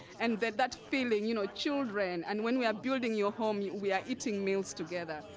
and that that feeling. you know children. and when we are building your home, we are eating meals together.